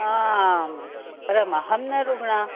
आं परम् अहं न रुग्णा